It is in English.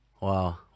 Wow